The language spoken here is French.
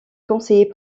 conseiller